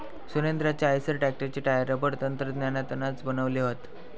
सुरेंद्राचे आईसर ट्रॅक्टरचे tyre rubber तंत्रज्ञानातनाच बनवले हत